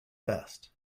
best